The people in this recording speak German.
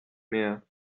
mehr